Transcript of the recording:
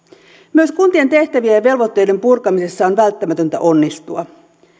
myös kuntien tehtävien ja velvoitteiden purkamisessa on välttämätöntä onnistua